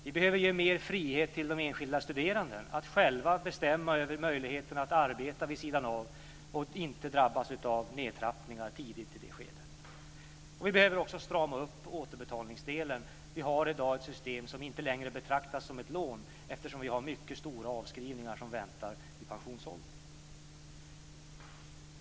Vi behöver ge mer frihet till de enskilda studerande att själva bestämma över möjligheten att arbeta vid sidan av utan att drabbas av nedtrappningar tidigt i det skedet. Vi behöver också strama upp återbetalningsdelen. Vi har i dag ett system som inte längre betraktas som ett lån, eftersom mycket stora avskrivningar väntar vid pensionsåldern.